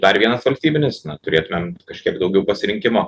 dar vienas valstybinis na turėtumėm kažkiek daugiau pasirinkimo